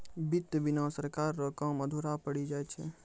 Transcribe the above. वित्त बिना सरकार रो काम अधुरा पड़ी जाय छै